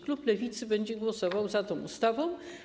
Klub Lewicy będzie głosował za tą ustawą.